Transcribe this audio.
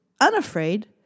unafraid